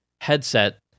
headset